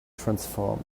transformed